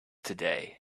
today